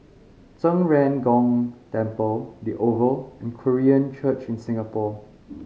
Zhen Ren Gong Temple The Oval and Korean Church in Singapore